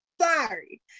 sorry